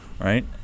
right